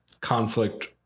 conflict